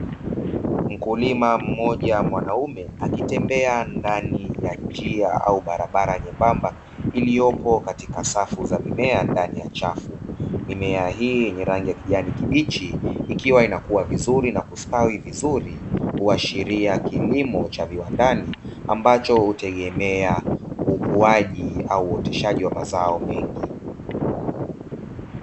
Mkulima mmoja mwanaume akitembea ndani ya njia au barabara nyembamba, iliyopo katika safu za mimea ndani ya chafu. Mimea hii yenye rangi ya kijani kibichi, ikiwa inakua vizuri na kustawi vizuri kuashiria kilimo cha viwandani, ambacho hutegemea ukuaji au uoteshaji wa mazao mengi.